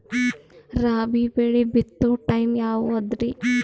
ರಾಬಿ ಬೆಳಿ ಬಿತ್ತೋ ಟೈಮ್ ಯಾವದ್ರಿ?